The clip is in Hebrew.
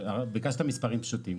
ביקשת מספרים פשוטים.